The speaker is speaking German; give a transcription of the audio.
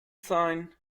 sein